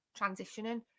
transitioning